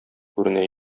күренә